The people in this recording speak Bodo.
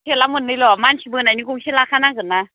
थेला मोन्नैल' मानसि बोनायनि गंसे लाखा नांगोन्ना